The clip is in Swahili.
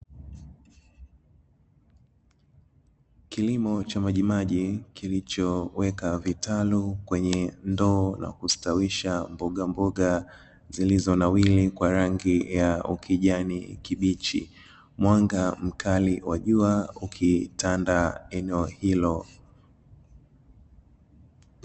Kilimo cha majimaji, kilichoweka vitalu kwenye ndoo na kustawisha mbogamboga zilizonawiri kwa rangi ya ukijani kibichi. Mwanga mkali wa jua ukitanda eneo hilo.